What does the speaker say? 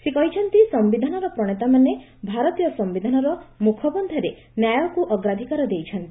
ସେ କହିଛନ୍ତି ସମ୍ଭିଧାନର ପ୍ରଣେତାମାନେ ଭାରତୀୟ ସମ୍ଭିଧାନର ମୁଖବନ୍ଧରେ ନ୍ୟାୟକୁ ଅଗ୍ରାଧିକାର ଦେଇଛନ୍ତି